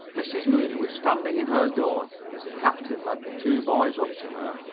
mrs. mooney was standing in her door as the captain led the two boys up to her.